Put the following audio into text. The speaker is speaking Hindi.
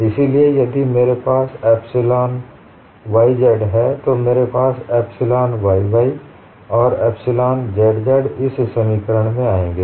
इसलिए यदि मेरे पास एप्सिलॉन yz है तो मेरे पास एप्सिलॉन yy और एप्सिलॉन zz इस समीकरण में आएंगे